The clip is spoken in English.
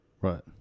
Right